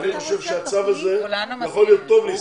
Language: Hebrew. אני חושב שהצו הזה יכול להיות טוב לישראל.